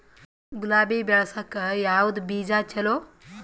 ಗುಲಾಬಿ ಬೆಳಸಕ್ಕ ಯಾವದ ಬೀಜಾ ಚಲೋ?